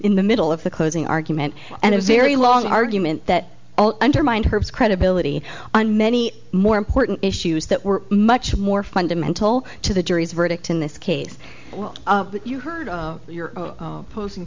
in the middle of the closing argument and a very long argument that undermined her credibility on many more important issues that were much more fundamental to the jury's verdict in this case what you heard you're posing